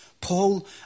Paul